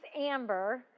Amber